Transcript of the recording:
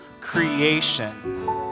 creation